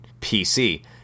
PC